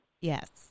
Yes